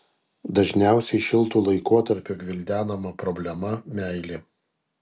dažniausiai šiltu laikotarpiu gvildenama problema meilė